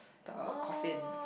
the coffin